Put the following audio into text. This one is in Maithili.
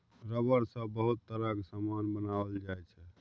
रबर सँ बहुत तरहक समान बनाओल जाइ छै